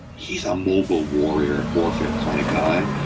he's a mobile warfare warfare kind of guy.